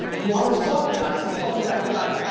and while he's talking to us, he's talking about he got,